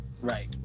right